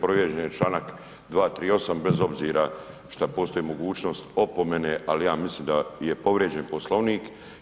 Povrijeđen je čl. 238. bez obzira šta postoji mogućnost opomene, al ja mislim da je povrijeđen Poslovnik